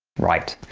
right,